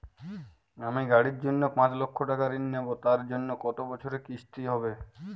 আমি গাড়ির জন্য পাঁচ লক্ষ টাকা ঋণ নেবো তার জন্য কতো বছরের কিস্তি হবে?